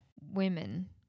women